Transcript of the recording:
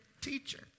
teacher